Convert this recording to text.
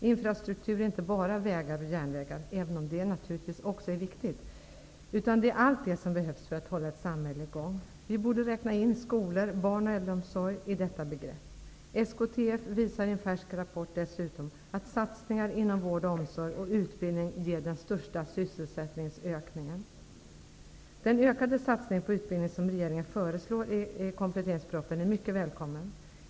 Infrastruktur är inte bara vägar och järnvägar, även om det naturligtvis också är viktigt. Det är allt det som behövs för att hålla ett samhälle i gång. Vi borde räkna in skolor och barn och äldreomsorg i detta begrepp. Dessutom visar SKTF i en färsk rapport att satsningar inom vård och omsorg och inom utbildning ger den största sysselsättningsökningen. Den ökade satsning på utbildning som regeringen föreslår i kompletteringspropositionen är mycket välkommen.